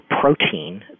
protein